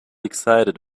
excited